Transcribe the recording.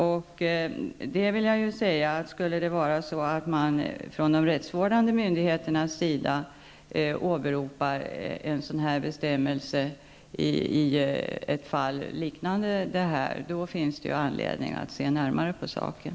Och jag vill ju säga, att skulle det vara så att man från de rättsvårdande myndigheternas sida åberopar en sådan här bestämmelse i ett fall liknande det nu aktuella, finns det anledning att se närmare på saken.